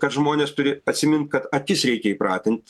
kad žmonės turi atsimint kad akis reikia įpratint